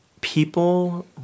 People